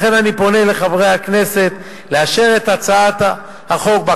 ולכן אני פונה לחברי הכנסת לאשר את ההצעה בקריאה